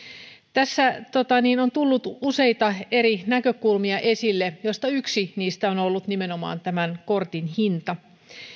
tässä on tullut useita eri näkökulmia esille joista yksi on on ollut nimenomaan tämän kortin hinta